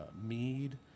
mead